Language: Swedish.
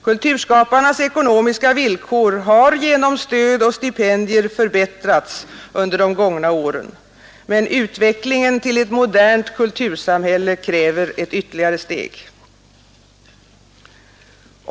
Kulturskaparnas ekonomiska villkor har genom stöd och stipendier förbättrats under de gångna åren, men utvecklingen till ett modernt kultursamhälle kräver ett ytterligare steg.